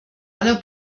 aller